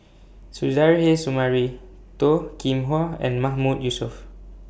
Suzairhe Sumari Toh Kim Hwa and Mahmood Yusof